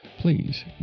please